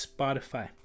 Spotify